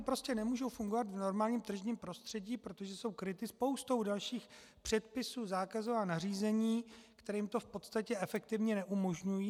Ony prostě nemůžou fungovat v normálním tržním prostředí, protože jsou kryty spoustou dalších předpisů, zákazů a nařízení, které jim to v podstatě efektivně neumožňují.